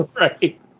Right